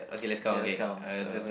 okay let's count so